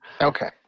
Okay